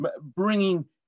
bringing